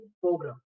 program